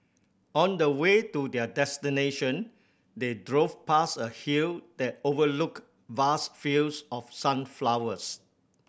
on the way to their destination they drove past a hill that overlooked vast fields of sunflowers